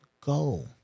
go